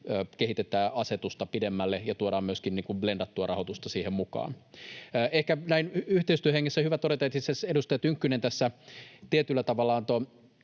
kehitetään asetusta pidemmälle ja tuodaan myöskin niin kuin blendattua rahoitusta siihen mukaan. Ehkä näin yhteistyöhengessä on hyvä todeta, että itse asiassa edustaja Tynkkynen tässä tietyllä tavalla antoi